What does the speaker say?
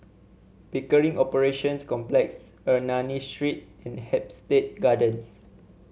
Pickering Operations Complex Ernani Street and Hampstead Gardens